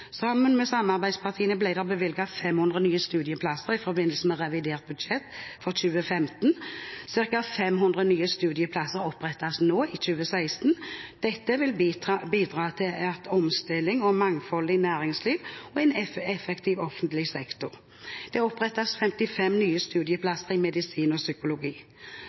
Sammen med samarbeidspartiene ble det bevilget midler til 500 nye studieplasser i forbindelse med revidert budsjett for 2015, og ca. 500 nye studieplasser opprettes nå i 2016. Dette vil bidra til et omstillingsdyktig og mangfoldig næringsliv og en effektiv offentlig sektor. Det opprettes 55 nye studieplasser i medisin og psykologi.